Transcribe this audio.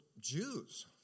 Jews